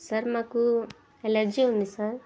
sir మాకు allergy ఉంది sir